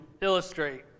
illustrate